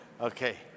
Okay